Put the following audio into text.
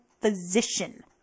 physician